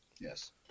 yes